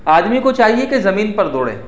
آدمی کو چاہیے کہ زمین پر دوڑے